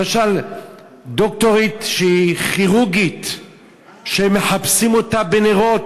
למשל דוקטור שהיא כירורגית שמחפשים אותה בנרות,